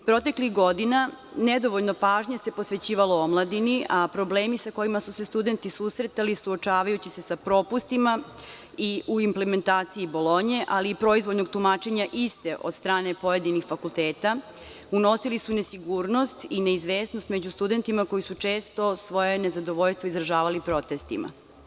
Proteklih godina nedovoljno pažnje se posvećivalo omladini, a problemi sa kojima su se studenti susretali, suočavajući se sa propustima i u implementaciji „Bolonje“, ali i proizvoljnog tumačenja iste od strane pojedinih fakulteta, unosili su nesigurnost i neizvesnost među studentima koji su često svoje nezadovoljstvo izražavali protestima.